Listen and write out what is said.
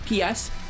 PS